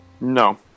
No